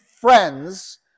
friends